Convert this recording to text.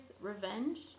revenge